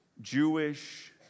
Jewish